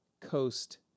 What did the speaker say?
Coast